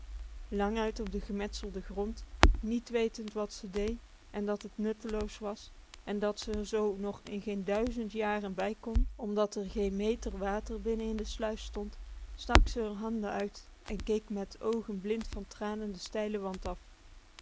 languit op den gemetselden grond niet wetend wat ze dee en dat t nutteloos was en dat ze r zoo nog in geen duizend jaren bij kon omdat r geen meter water binnen in de sluis stond stak ze r handen uit en keek met oogen blind van tranen den steilen wand af